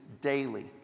daily